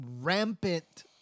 rampant